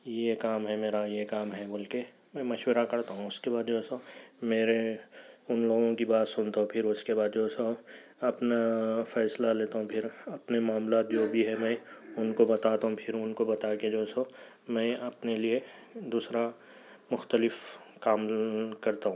یہ کام ہے میرا یہ کام ہے بول کے میں مشورہ کرتا ہوں اُس کے بعد جو سو میرے اُن لوگوں کی بات سُنتا ہوں پھر اُس کے بعد جو سو اپنا فیصلہ لیتا ہوں پھر اپنے معاملات جو بھی ہے میں اُن کو بتاتا ہوں پھر اُن کو بتا کے جو سو میں اپنے لئے دوسرا مختلف کام کرتا ہوں